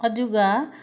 ꯑꯗꯨꯒ